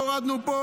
הורדנו פה,